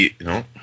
no